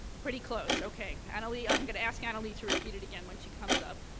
pretty close, okay. annalee, i'm going to ask annalee to repeat it again when she comes up.